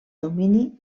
domini